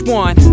one